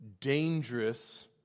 dangerous